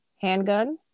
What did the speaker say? Handgun